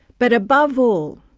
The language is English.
but above all,